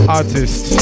artist